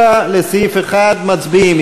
7 לסעיף 1, מצביעים.